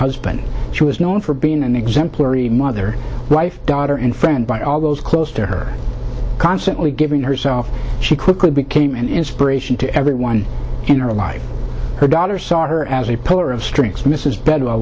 husband she was known for being an exemplary mother wife daughter and friend by all those close to her constantly giving herself she quickly became an inspiration to everyone in her life her daughter saw her as a pillar of strength as mrs be